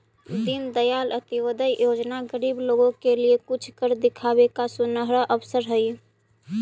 दीनदयाल अंत्योदय योजना गरीब लोगों के लिए कुछ कर दिखावे का सुनहरा अवसर हई